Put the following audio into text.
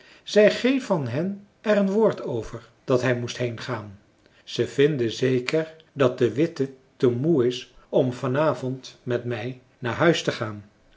zei geen van hen er een woord over dat hij moest heengaan ze vinden zeker dat de witte te moe is om vanavond met mij naar huis te gaan